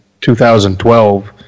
2012